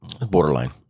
Borderline